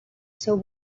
seu